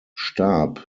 starb